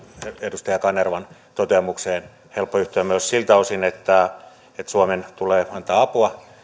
edustaja kanervan toteamukseen on helppo yhtyä myös siltä osin että että suomen tulee antaa apua